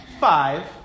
five